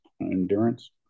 endurance